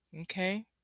okay